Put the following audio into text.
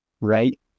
right